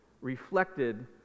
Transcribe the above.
reflected